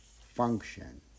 function